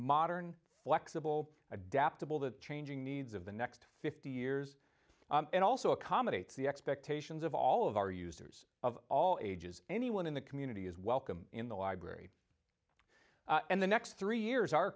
modern flexible adaptable to changing needs of the next fifty years and also accommodate the expectations of all of our users of all ages anyone in the community is welcome in the library and the next three years are